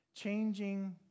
Changing